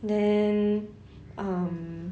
then um